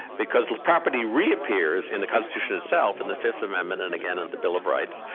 because property reappears in the constitution itself in the fifth amendment, and again in the bill of rights,